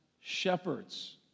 shepherds